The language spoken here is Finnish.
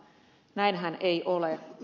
näinhän ei ole